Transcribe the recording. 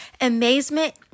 Amazement